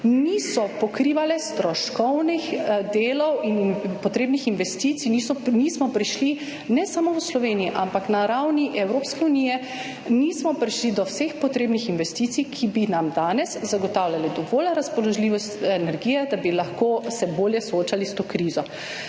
niso pokrivale stroškovnih delov in potrebnih investicij, niso nismo prišli ne samo v Sloveniji, ampak na ravni Evropske unije nismo prišli do vseh potrebnih investicij, ki bi nam danes zagotavljale dovolj razpoložljivost energije, da bi lahko se bolje soočali s to krizo.